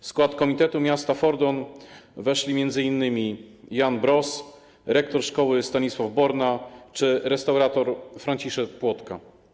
W skład komitetu miasta Fordon weszli m.in. Jan Bross, rektor szkoły Stanisław Born czy restaurator Franciszek Płotka.